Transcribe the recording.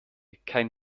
kein